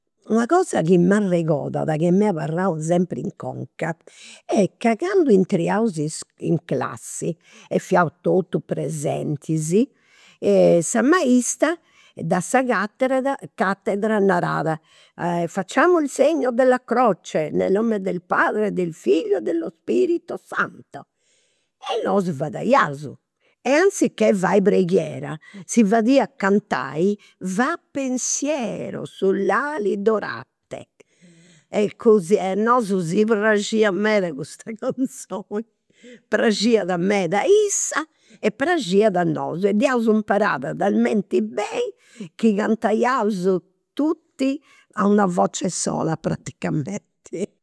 Una cosa chi m'arregodada, chi m'est abarrau sempri in conca est ca candu intraiaus in in classi e fiaus totus presentis sa maista de sa catedra catedra narat, faciamo il segno della croce nel nome del padre del figlio e dello spirito santo, e nosu fadaiaus. E anzichè fai preghiera si fadia cantai, và pensiero sull'ali dorate e così e a si praxiat meda custa canzoni. Praxiat meda a issa e praxiat a nosu e dd'iaus imparada talmenti beni chi cantaiaus tutti a una voce sola, praticamenti.